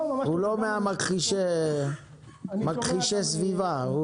הוא לא ממכחישי הסביבה.